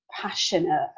passionate